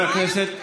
מה מוטעה?